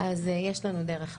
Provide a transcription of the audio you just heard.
אז יש לנו דרך לעבור,